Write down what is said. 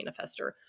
manifestor